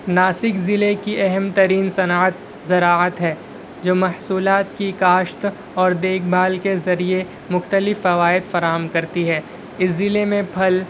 ناسک ضلع کی اہم ترین صنعت زراعت ہے جو محصولات کی کاشت اور دیکھ بھال کے ذریعے مختلف فوائد فراہم کرتی ہے اس ضلع میں پھل